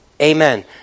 Amen